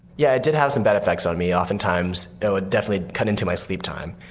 yeah it did have some bad effects on me. oftentimes it would definitely cut into my sleep time,